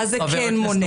מה זה כן מונע?